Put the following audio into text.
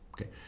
Okay